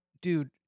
dude